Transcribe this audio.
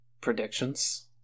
predictions